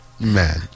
Man